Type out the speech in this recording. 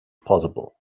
possible